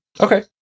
Okay